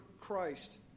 Christ